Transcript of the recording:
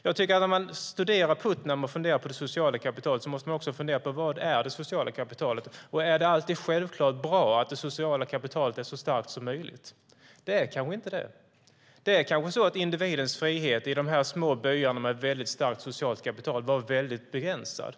När man studerar Putnam och funderar på det sociala kapitalet måste man också fundera på vad det sociala kapitalet är. Är det alltid självklart bra att det sociala kapitalet är så starkt som möjligt? Kanske är det inte det. Kanske var individens frihet i de små byarna med starkt socialt kapital väldigt begränsad.